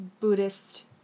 Buddhist